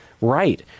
right